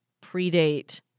pre-date